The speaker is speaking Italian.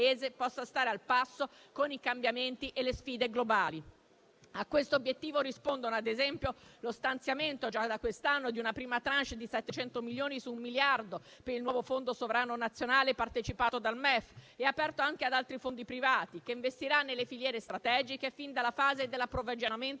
possa stare al passo con i cambiamenti e le sfide globali. A questo obiettivo rispondono, ad esempio, lo stanziamento, già da quest'anno, di una prima *tranche* di 700 milioni su un miliardo per il nuovo fondo sovrano nazionale, partecipato dal MEF ed aperto anche ad altri fondi privati, che investirà nelle filiere strategiche fin dalla fase dell'approvvigionamento